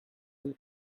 from